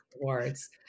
awards